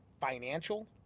financial